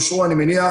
מראש